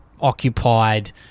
occupied